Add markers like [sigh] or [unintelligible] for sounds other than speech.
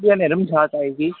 [unintelligible]